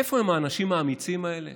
איפה הם האנשים האמיצים האלה